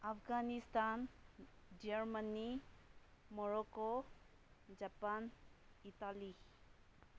Afghanistan Germany Morocco Japan Italy